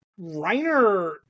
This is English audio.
Reiner